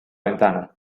ventana